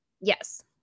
yes